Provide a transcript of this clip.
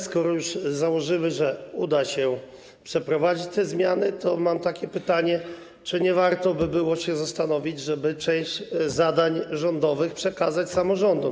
Skoro już założymy, że uda się przeprowadzić te zmiany, to mam takie pytanie: Czy nie warto by było się zastanowić nad tym, żeby część zadań rządowych przekazać samorządom?